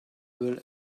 will